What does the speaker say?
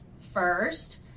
first